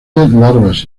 larvas